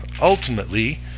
ultimately